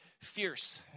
fierce